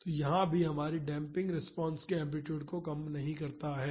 तो यहाँ भी हमारी डेम्पिंग रिस्पांस के एम्पलीटूड को कम नहीं करता है